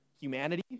humanity